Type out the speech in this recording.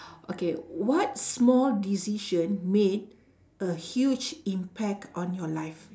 okay what small decision made a huge impact on your life